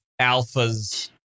alphas